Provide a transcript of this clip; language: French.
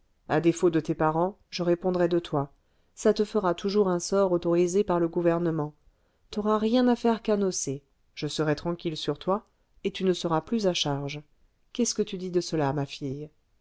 à défaut de tes parents je répondrai de toi ça te fera toujours un sort autorisé par le gouvernement t'auras rien à faire qu'à nocer je serai tranquille sur toi et tu ne seras plus à charge qu'est-ce que tu dis de cela ma fille